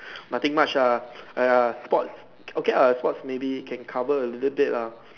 nothing much ah !aiya! sports okay lah sports maybe can cover a little bit lah